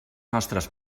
nostres